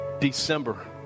December